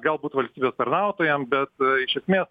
galbūt valstybės tarnautojam bet iš esmės